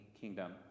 kingdom